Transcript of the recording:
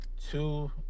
two